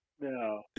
No